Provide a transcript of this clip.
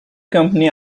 company